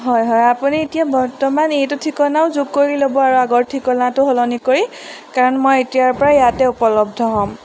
হয় হয় আপুনি এতিয়া বৰ্তমান এইটো ঠিকনাও যোগ কৰি ল'ব আৰু আগৰ ঠিকনাটো সলনি কৰি কাৰণ মই এতিয়াৰপৰা ইয়াতে উপলব্ধ হ'ম